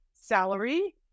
salary